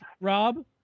Rob